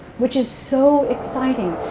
which is so exciting.